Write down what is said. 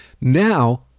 now